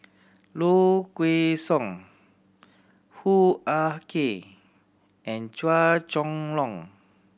Low Kway Song Hoo Ah Kay and Chua Chong Long